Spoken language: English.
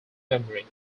memory